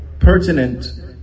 Pertinent